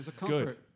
good